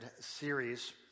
series